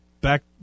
back